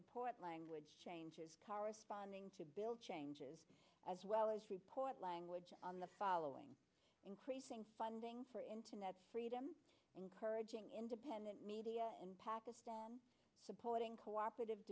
report language changes corresponding to bill changes as well as report language on the following increasing funding for internet freedom encouraging independent media in pakistan supporting cooperative